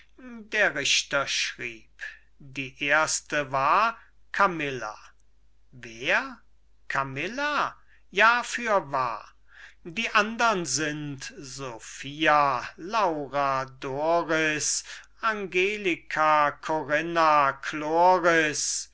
der richter schrieb die erste war kamilla wer kamilla ja fürwahr die andern sind sophia laura doris angelika